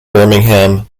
birmingham